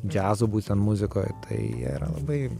džiazo būtent muzikoj tai jie yra labai